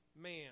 man